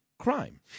Crime